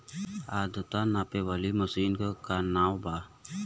आद्रता नापे वाली मशीन क का नाव बा?